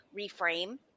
reframe